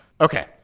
Okay